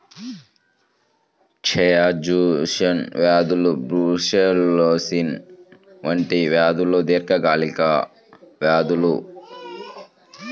క్షయ, జాన్స్ వ్యాధి బ్రూసెల్లోసిస్ వంటి వ్యాధులు దీర్ఘకాలిక వ్యాధులు